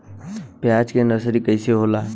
प्याज के नर्सरी कइसे होला?